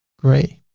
gray.